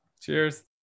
Cheers